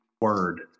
word